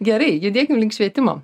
gerai judėkim link švietimo